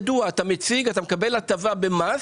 מקבל הטבה במס,